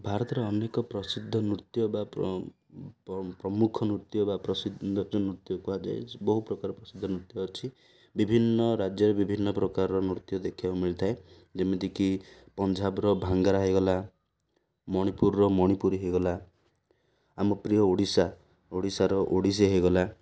ଭାରତର ଅନେକ ପ୍ରସିଦ୍ଧ ନୃତ୍ୟ ବା ପ୍ରମୁଖ ନୃତ୍ୟ ବା ପ୍ରସିଦ୍ଧ ନୃତ୍ୟ କୁହାଯାଏ ବହୁତ ପ୍ରକାର ପ୍ରସିଦ୍ଧ ନୃତ୍ୟ ଅଛି ବିଭିନ୍ନ ରାଜ୍ୟରେ ବିଭିନ୍ନ ପ୍ରକାରର ନୃତ୍ୟ ଦେଖିବାକୁ ମିଳିଥାଏ ଯେମିତିକି ପଞ୍ଜାବର ଭାଙ୍ଗରା ହେଇଗଲା ମଣିପୁରର ମଣିପୁର ହେଇଗଲା ଆମ ପ୍ରିୟ ଓଡ଼ିଶା ଓଡ଼ିଶାର ଓଡ଼ିଶୀ ହେଇଗଲା